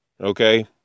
okay